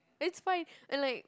it's fine and like